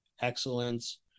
excellence